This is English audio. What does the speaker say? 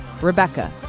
Rebecca